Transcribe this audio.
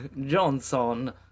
Johnson